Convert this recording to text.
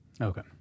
Okay